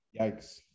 Yikes